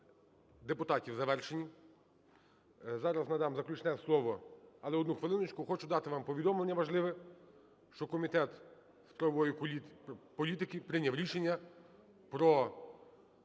депутатів завершені. Зараз надам заключне слово, але, одну хвилиночку, хочу дати вам повідомлення важливе, що Комітет з правової політики прийняв рішення про